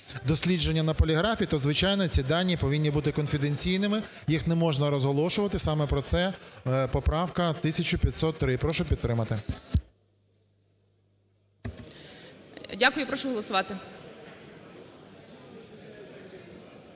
дослідження на поліграфі, то звичайно, ці дані повинні бути конфіденційними, їх не можна розголошувати. Саме про це поправка 1503. Прошу підтримати. ГОЛОВУЮЧИЙ. Дякую і прошу голосувати.